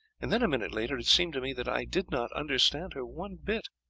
and then a minute later it seemed to me that i did not understand her one bit.